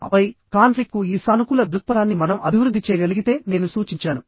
ఆపై కాన్ఫ్లిక్ట్ కు ఈ సానుకూల దృక్పథాన్ని మనం అభివృద్ధి చేయగలిగితే నేను సూచించాను